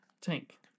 Tank